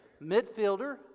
midfielder